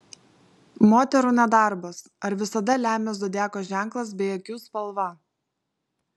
moterų nedarbas ar visada lemia zodiako ženklas bei akių spalva